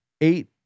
eight